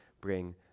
bring